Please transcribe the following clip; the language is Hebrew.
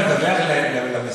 אני מדבר על המשרד.